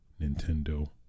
nintendo